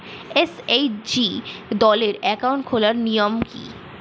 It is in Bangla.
এস.এইচ.জি দলের অ্যাকাউন্ট খোলার নিয়ম কী?